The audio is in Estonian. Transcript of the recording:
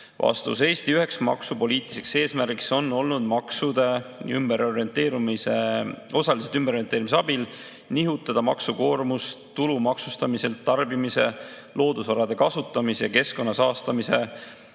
Vastus: Eesti üheks maksupoliitiliseks eesmärgiks on olnud maksude osalise ümberorienteerumise abil nihutada maksukoormust tulu maksustamiselt tarbimise, loodusvarade kasutamise ja keskkonna saastamise